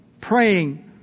Praying